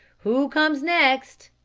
who comes next?